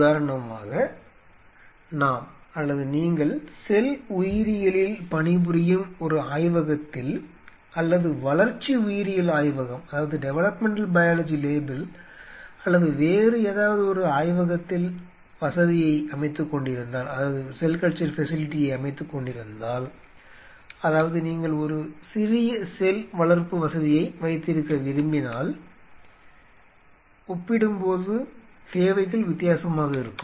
உதாரணமாக நாம் அல்லது நீங்கள் செல் உயிரியலில் பணிபுரியும் ஒரு ஆய்வகத்தில் அல்லது வளர்ச்சி உயிரியல் ஆய்வகத்தில் அல்லது வேறு ஏதாவது ஒரு ஆய்வகத்தில் வசதியை அமைத்துக் கொண்டிருந்தால் அதாவது நீங்கள் ஒரு சிறிய செல் வளர்ப்பு வசதியை வைத்திருக்க விரும்பினால் ஒப்பிடும்போது தேவைகள் வித்தியாசமாக இருக்கும்